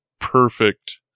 perfect